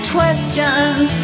questions